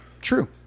True